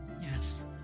Yes